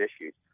issues